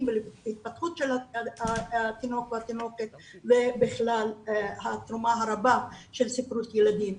ולהתפתחות של התינוק או התינוקת ובכלל התרומה הרבה של ספרות ילדים.